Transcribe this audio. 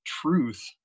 truth